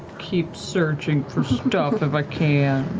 keep searching for stuff if i can.